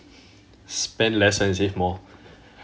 spend less and save more